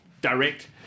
direct